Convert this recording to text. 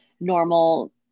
normal